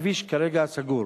הכביש כרגע סגור.